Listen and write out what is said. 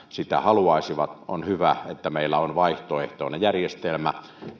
sitä haluaisivat on hyvä että meillä on vaihtoehtoinen järjestelmä